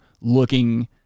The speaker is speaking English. looking